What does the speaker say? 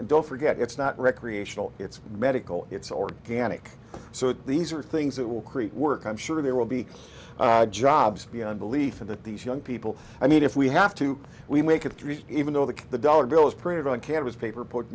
and don't forget it's not recreational it's medical it's organic so these are things that will create work i'm sure there will be jobs beyond belief and that these young people i mean if we have to we make it through even though the the dollar bill is printed on canvas paper put